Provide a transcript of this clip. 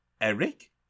Eric